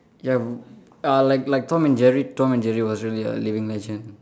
ya uh like like Tom and Jerry Tom and Jerry was really a living legend